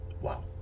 wow